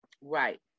Right